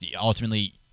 ultimately